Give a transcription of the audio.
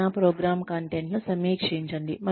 శిక్షణా programme content ను సమీక్షించండి